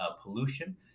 pollution